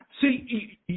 See